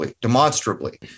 demonstrably